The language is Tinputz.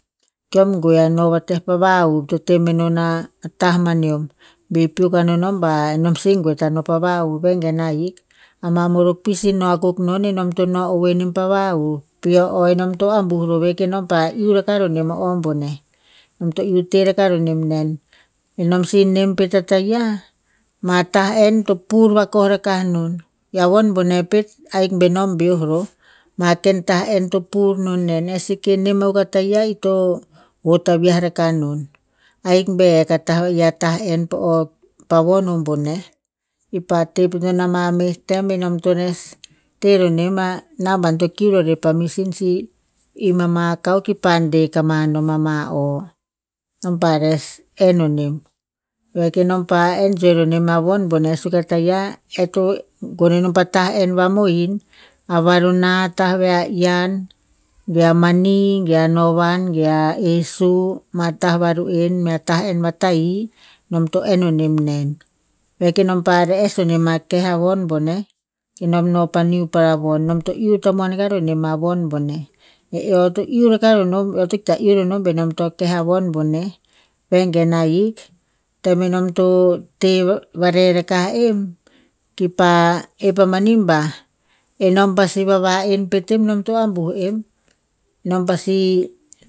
Keom gue a no vateh pa va'huv to temenon a tah manium, bi piuk anom be nom si gue ta no pa va'huv. Vengen ahik ama morok pi si no akuk non enom to no ovoe nem pa va'huv. Pi o- o enom to ambuh roveh kenom pa iuh rakah ro nem o- o boneh, nom to iuh teh rakar roh nen. Enom si nem pet a taia, ma tah enn to pur vakauh rakah non i a von boneh ahik benom beoh roh. Ma ken tah enn to pur non nen, e seke nem akuk a taia i to hot viah rakah non. Ahik beo hek a tah ve a, tah enn po o, pa von o boneh. I pa teh pet enon ama meh tem enom to nes teh roh nem a namban to kiu rer pa misin si im ama cow ki pa deh kamanom ama o, nam pa res enn o nem. Veh ko nom pa enjoy ro nem a von boneh suk a taia e to gon enon pa tah enn va mohin, a varona, tah ve a yian, ge a mani, ge a novan, ge a esu, ma tah va ru'en, mea tah enn va tahi no to enn o nem nen. Veh ko nam pa re'es o nem a keh a von boneh kenom no pa niu para von, nom to iuh tamuan rakah nema von boneh. Eh eo to iuh rakah ro non, eo to ikta iuh ro non benom to keh a von boneh. Vengen ahik, tem enom to teh va reh rakah en, ki pa ep amani ba, enom pasi vava en pet en nom to ambuh em. Nom pasi.